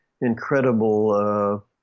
incredible